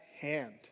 hand